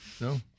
No